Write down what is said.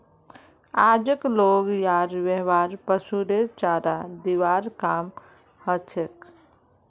आजक लोग यार व्यवहार पशुरेर चारा दिबार काम हछेक